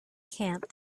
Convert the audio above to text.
camp